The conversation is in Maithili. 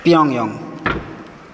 पियोङ्गयोङ्ग